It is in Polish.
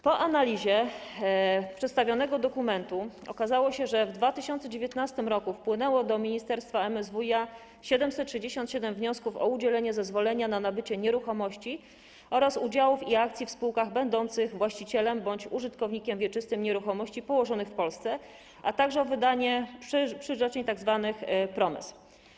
Po analizie przedstawionego dokumentu okazało się, że w 2019 r. wpłynęło do ministerstwa, MSWiA, 767 wniosków o udzielenie zezwolenia na nabycie nieruchomości oraz udziałów i akcji w spółkach będących właścicielem bądź użytkownikiem wieczystym nieruchomości położonych w Polsce, a także o wydanie przyrzeczeń, tzw. promes.